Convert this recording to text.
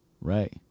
right